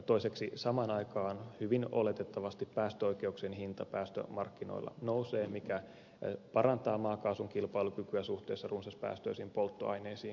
toiseksi samaan aikaan hyvin oletettavasti päästöoikeuksien hinta päästömarkkinoilla nousee mikä parantaa maakaasun kilpailukykyä suhteessa runsaspäästöisiin polttoaineisiin